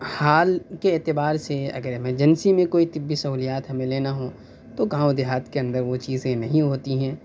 حال کے اعتبار سے اگر ایمرجنسی میں کوئی طبی سہولیات ہمیں لینا ہوں تو گاؤں دیہات کے اندر وہ چیزیں نہیں ہوتی ہیں